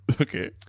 Okay